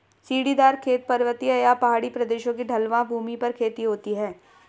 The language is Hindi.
सीढ़ीदार खेत, पर्वतीय या पहाड़ी प्रदेशों की ढलवां भूमि पर खेती होती है